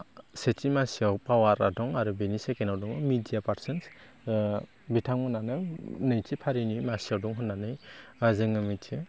सेथि मासियाव पावारा दं आरो बेनि सेकेन्दआव दङ मेदिया पारसन बिथांमोनहानो नैथि फारिनि मासियाव दं होननानै जोङो मोन्थियो